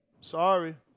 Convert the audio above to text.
Sorry